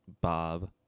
BOB